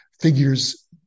figures